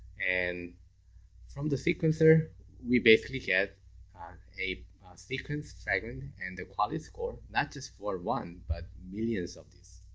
and from the sequencer, we basically get a sequence fragment and the quality score, not just for one, but millions of these.